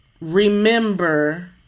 remember